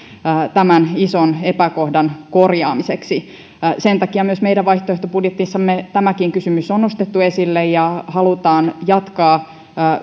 tämän ison epäkohdan korjaamiseksi sen takia meidän vaihtoehtobudjetissamme tämäkin kysymys on nostettu esille ja halutaan jatkaa